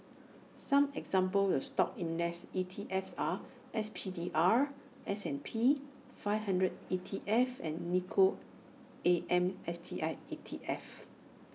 some examples of stock index E T Fs are S P D R S and P five hundred E T F and Nikko A M S T I E T F